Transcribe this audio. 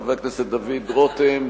חבר הכנסת דוד רותם,